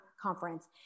conference